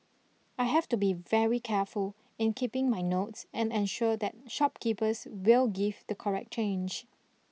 I have to be very careful in keeping my notes and ensure that shopkeepers will give the correct change